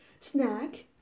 snack